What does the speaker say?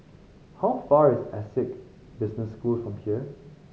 how far is Essec Business School from here